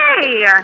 Hey